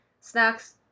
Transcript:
snacks